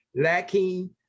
lacking